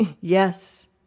yes